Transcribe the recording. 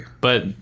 But-